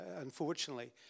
unfortunately